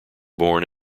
born